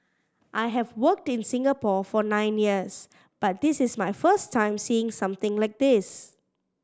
I have worked in Singapore for nine years but this is my first time seeing something like this